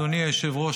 אדוני היושב-ראש,